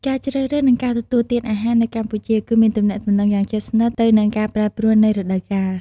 ការជ្រើសរើស និងការទទួលទានអាហារនៅកម្ពុជា គឺមានទំនាក់ទំនងយ៉ាងជិតស្និទ្ធទៅនឹងការប្រែប្រួលនៃរដូវកាល។